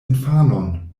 infanon